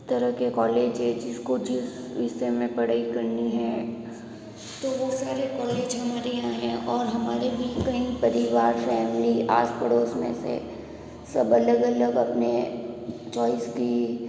तरह के कॉलेज है जिस को जिस विषय में पढ़ाई करनी है तो वो सारे कॉलेज हमारे यहाँ है और हमारे भी कई परिवार फैमिली आस पड़ोस में से सब अलग अलग अपनी च्वाइस की